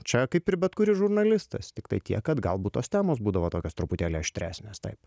čia kaip ir bet kuris žurnalistas tiktai tiek kad galbūt tos temos būdavo tokios truputėlį aštresnės taip